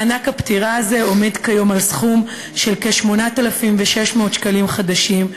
מענק הפטירה הזה עומד כיום על סכום של כ-8,600 שקלים חדשים,